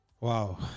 Wow